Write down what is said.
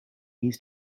needs